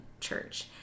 Church